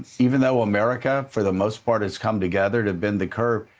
even though america, for the most part, has come together to bend the curve,